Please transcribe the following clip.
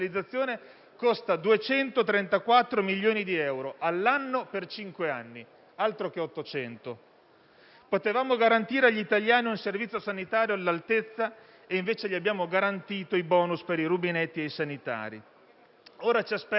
costa 234 milioni di euro all'anno per cinque anni (altro che 800). Potevamo garantire agli italiani un servizio sanitario all'altezza e invece gli abbiamo garantito i *bonus* per i rubinetti e i sanitari. Ora ci aspetta